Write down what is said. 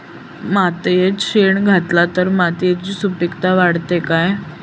मातयेत शेण घातला तर मातयेची सुपीकता वाढते काय?